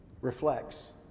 reflects